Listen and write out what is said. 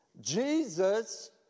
Jesus